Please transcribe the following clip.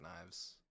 knives